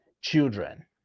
children